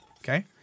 Okay